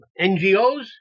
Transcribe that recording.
NGOs